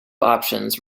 options